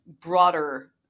broader